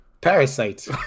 Parasite